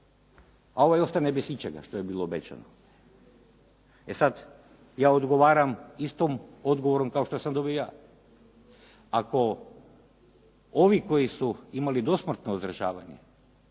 a ovaj ostane bez ičega što je bilo obećano. E sada ja odgovaram istom odgovorom kao što sam dobio ja, ako ovi koji su imali dosmrtno uzdržavanje